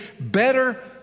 better